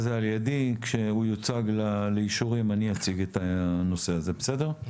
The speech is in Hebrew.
כשהוא יוצג לאישורים אני אציג את הנושא הזה, בסדר?